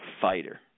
fighter